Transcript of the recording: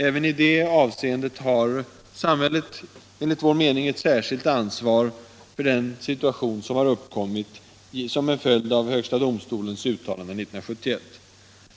Även i det avseendet har, enligt vår åsikt, samhället ett särckilt ansvar för den situation som har uppkommit som en följd av högsta domstolens uttalande 1971.